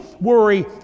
worry